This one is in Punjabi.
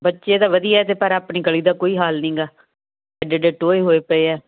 ਬੱਚੇ ਤਾਂ ਵਧੀਆ ਪਰ ਆਪਣੀ ਗਲੀ ਦਾ ਕੋਈ ਹਾਲ ਨਹੀਂ ਗਾ ਐਡੇ ਐਡੇ ਟੋਏ ਹੋਏ ਪਏ ਆ